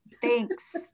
Thanks